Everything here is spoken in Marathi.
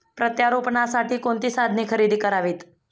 प्रत्यारोपणासाठी कोणती साधने खरेदी करावीत?